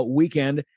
weekend